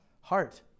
heart